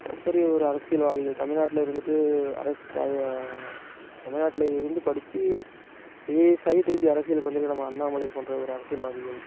பெரிய ஒரு அரசியல்வாதிகள் தமிழ் நாட்டில் இருந்துட்டு அரசு தமிழ்நாட்டில் இருந்து படித்து ஐஏஎஸ் ஆகி திருப்பி அரசியலுக்கு வந்திருக்க நம்ம அண்ணாமலை போன்ற ஒரு அரசியல்வாதிகள்